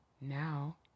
Now